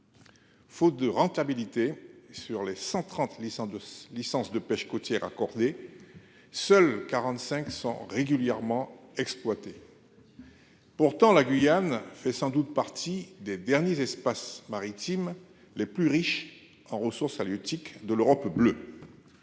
Faute de rentabilité. Sur les 130 laissant de licences de pêche côtière. Seuls 45 100 régulièrement exploitées. Pourtant la Guyane fait sans doute partie des derniers espaces maritimes les plus riches en ressources halieutiques de l'Europe bleue.